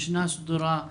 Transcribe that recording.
משנה סדורה?